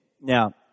now